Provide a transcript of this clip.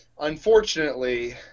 unfortunately